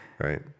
right